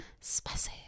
spicy